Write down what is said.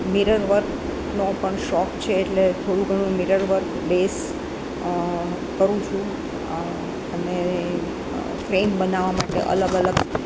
mirror વર્કનો પણ શોખ છે એટલે થોડું ઘણું મિરર વર્ક બેસ કરું છું અને ફ્રેમ બનાવવા માટે અલગ અલગ